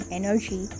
energy